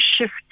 shift